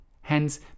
Hence